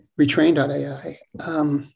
Retrain.ai